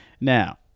Now